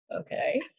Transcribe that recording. Okay